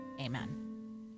Amen